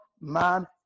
man